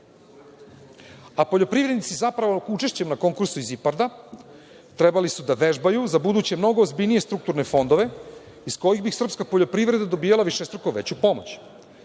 a poljoprivrednici zapravo učešćem na konkursa iz IPARD-a trebali su da vežbaju za ubuduće mnogo ozbiljnije strukturne fondove iz kojih bi srpska poljoprivreda dobijala višestruko veću pomoć. Da